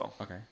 Okay